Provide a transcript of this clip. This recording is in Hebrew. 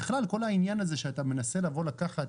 בכלל כל הענין הזה שאתה מנסה לקחת,